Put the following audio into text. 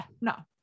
No